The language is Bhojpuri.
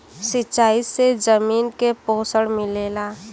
सिंचाई से जमीन के पोषण मिलेला